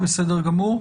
בסדר גמור.